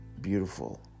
beautiful